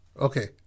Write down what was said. Okay